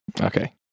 Okay